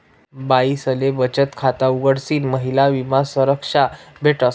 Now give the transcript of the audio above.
बाईसले बचत खाता उघडीसन महिला विमा संरक्षा भेटस